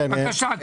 בבקשה.